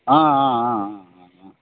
ಆಂ ಆಂ ಆಂ ಹಾಂ ಹಾಂ ಹಾಂ